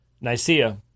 Nicaea